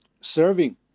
serving